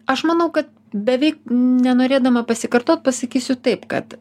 aš manau kad beveik nenorėdama pasikartot pasakysiu taip kad